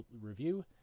Review